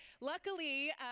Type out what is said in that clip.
Luckily